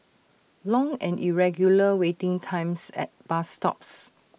long and irregular waiting times at bus stops